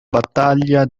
battaglia